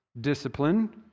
discipline